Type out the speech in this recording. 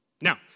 Now